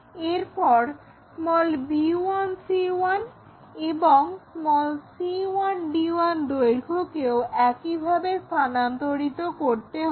এরপর b1c1 এবং c1d1 দৈর্ঘ্যকেও একইভাবে স্থানান্তরিত করতে হবে